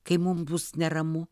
kai mum bus neramu